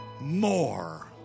more